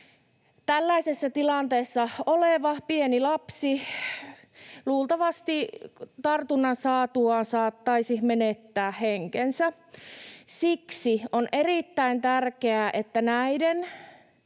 Tällaisessa tilanteessa oleva pieni lapsi luultavasti tartunnan saatuaan saattaisi menettää henkensä. Siksi on erittäin tärkeää, että näiden